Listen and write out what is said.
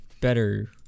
better